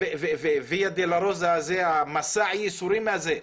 הוויה דולורוזה הזה, מסע הייסורים הזה.